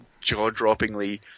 jaw-droppingly